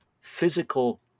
physical